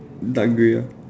dark grey ah